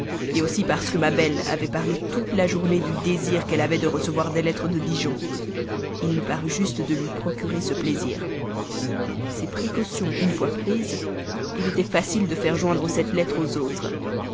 lieu aussi parce que ma belle avait parlé toute la journée du désir qu'elle avait de recevoir des lettres de dijon il me parut juste de lui procurer ce plaisir ces précautions une fois prises il était facile de faire joindre cette lettre aux autres